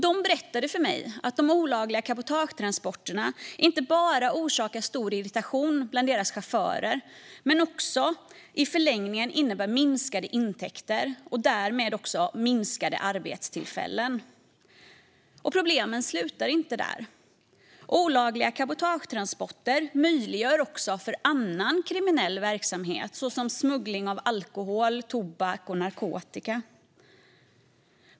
De berättade för mig att de olagliga cabotagetransporterna inte bara orsakar stor irritation bland deras chaufförer utan också i förlängningen innebär minskade intäkter och därmed minskade arbetstillfällen. Och problemen slutar inte där. Olagliga cabotagetransporter möjliggör också för annan kriminell verksamhet såsom smuggling av alkohol, tobak och narkotika.